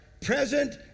present